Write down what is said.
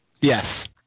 yes